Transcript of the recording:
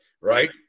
right